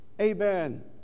Amen